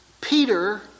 Peter